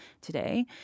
today